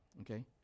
okay